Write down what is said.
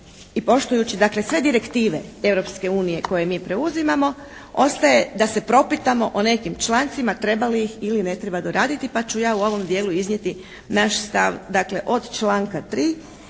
i poštujući dakle sve direktive Europske unije koje mi preuzimamo ostaje da se propitamo o nekim člancima treba li ih ili ne treba doraditi. Pa ću ja u ovom dijelu iznijeti naš stav. Dakle od članka 3.